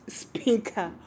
speaker